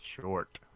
short